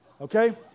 Okay